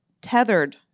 tethered